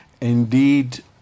indeed